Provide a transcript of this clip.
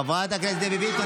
חברת הכנסת דבי ביטון,